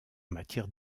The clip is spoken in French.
matière